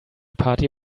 party